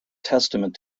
testament